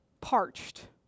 parched